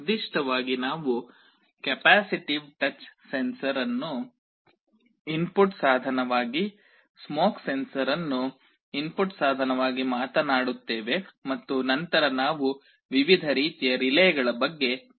ನಿರ್ದಿಷ್ಟವಾಗಿ ನಾವು capacitive touch sensor ಅನ್ನು ಇನ್ಪುಟ್ ಸಾಧನವಾಗಿ ಸ್ಮೋಕ್ ಸೆನ್ಸರ್ ಅನ್ನು ಇನ್ಪುಟ್ ಸಾಧನವಾಗಿ ಮಾತನಾಡುತ್ತೇವೆ ಮತ್ತು ನಂತರ ನಾವು ವಿವಿಧ ರೀತಿಯ ರಿಲೇಗಳ ಬಗ್ಗೆ ಮಾತನಾಡುತ್ತೇವೆ